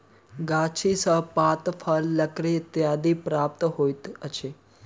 गाछी सॅ पात, फल, लकड़ी इत्यादि प्राप्त होइत अछि